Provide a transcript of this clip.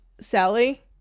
Sally